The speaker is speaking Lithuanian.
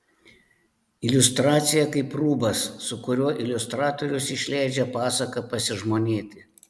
iliustracija kaip rūbas su kuriuo iliustratorius išleidžia pasaką pasižmonėti